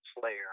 slayer